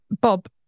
bob